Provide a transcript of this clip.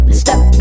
step